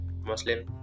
Muslim